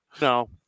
no